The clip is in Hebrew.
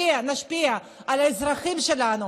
על מה שמשפיע על האזרחים שלנו,